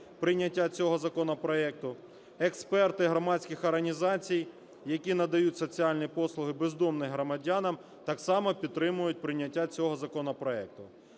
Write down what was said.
прийняття цього законопроекту. Експерти громадських організацій, які надають соціальні послуги бездомних громадянам, так само підтримують прийняття цього законопроекту.